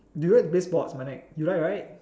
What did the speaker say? do you like to play sports mannek you like right